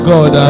God